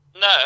No